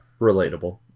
relatable